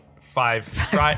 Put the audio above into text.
Five